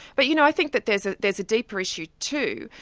but you know, i think that there's ah there's a deeper issue too.